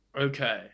Okay